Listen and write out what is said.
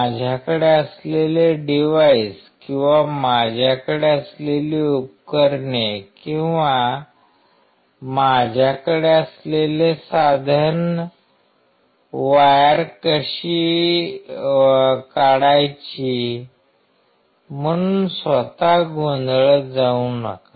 माझ्याकडे असलेले डिव्हाइस किंवा माझ्याकडे असलेली उपकरणे किंवा माझ्याकडे असलेले साधन वापरून वायर कशी काढायची म्हणून स्वतः गोंधळून जाऊ नका